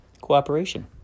Cooperation